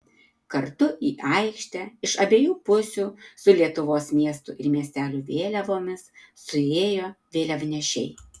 kartu į aikštę iš abiejų pusių su lietuvos miestų ir miestelių vėliavomis suėjo vėliavnešiai